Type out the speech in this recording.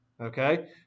Okay